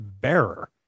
bearer